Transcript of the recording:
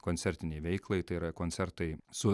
koncertinei veiklai tai yra koncertai su